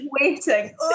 Waiting